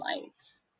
lights